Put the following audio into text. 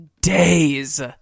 days